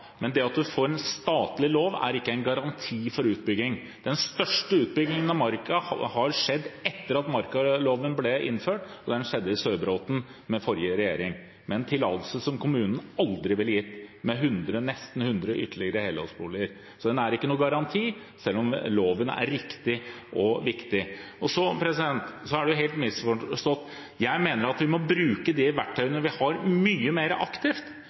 Men det at en får en statlig lov, er ikke en garanti mot utbygging. Den største utbyggingen av Marka har skjedd etter at markaloven ble innført. Den skjedde i Sørbråten under forrige regjering, med en tillatelse som kommunen aldri ville gitt, med nesten ytterligere 100 helårsboliger – så den er ingen garanti, selv om loven er riktig og viktig. Så er noe helt misforstått – jeg mener at vi må bruke de verktøyene vi har, mye mer aktivt